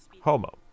homo